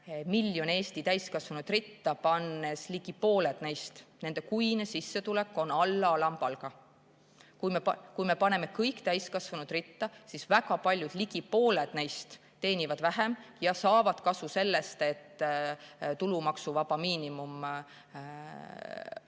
miljon Eesti täiskasvanut ritta paneme, on ligi pooltel kuine sissetulek alla alampalga. Kui me paneme kõik täiskasvanud ritta, siis [näeme, et] väga paljud, ligi pooled neist teenivad vähem ja saavad kasu sellest, et tulumaksuvaba miinimum ...